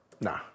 Nah